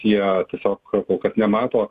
jie tiesiog kol kas nemato